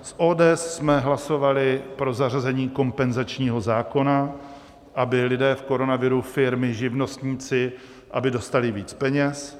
S ODS jsme hlasovali pro zařazení kompenzačního zákona, aby lidé v koronaviru, firmy, živnostníci, dostali víc peněz.